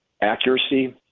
Accuracy